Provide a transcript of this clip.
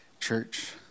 church